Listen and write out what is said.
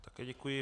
Také děkuji.